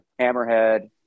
hammerhead